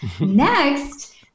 Next